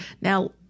Now